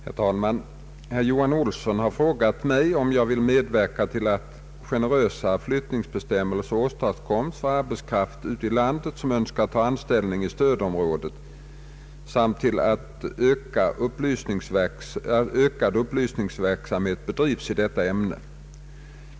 Herr talman! Herr Johan Olsson har frågat mig om jag vill medverka till att generösare flyttningsbestämmelser åstadkoms för arbetskraft ute i landet som önskar ta anställning i stödområdet samt till att ökad upplysningsverksamhet bedrivs i detta ärende.